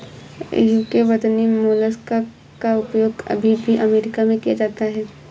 UK वर्तनी mollusc का उपयोग अभी भी अमेरिका में किया जाता है